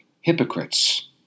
hypocrites